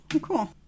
Cool